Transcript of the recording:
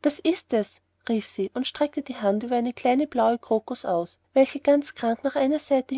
das ist es rief sie und streckte die hand über eine kleine blaue crocus aus welche ganz krank nach der einen seite